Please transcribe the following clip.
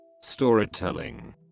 storytelling